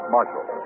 Marshal